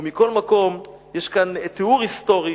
ומכל מקום, יש כאן תיאור היסטורי